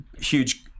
huge